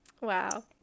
Wow